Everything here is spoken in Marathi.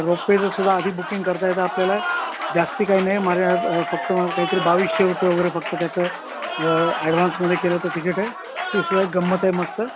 रोपवेचं सुद्धा आधी बुकिंग करता येतं आपल्याला जास्त काही नाही माझ्या फक्त मग काहीतरी बावीशे रुपये वगैरे फक्त त्याचं ॲडव्हान्समध्ये केलं तरं तिकीट आहे ती सुद्धा एक गंमत आहे मस्त